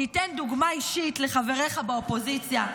תיתן דוגמה אישית לחבריך באופוזיציה.